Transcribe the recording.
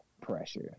pressure